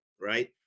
Right